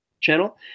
channel